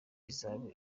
izaba